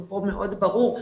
הוא מאוד ברור,